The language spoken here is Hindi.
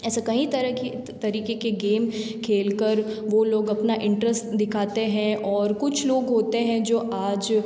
ऐसे कईं तरह के तरीक़े के गेम खेल कर वे लोग अपना इंटरेस्ट दिखाते हैं और कुछ लोग होते हैं जो आज